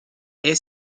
est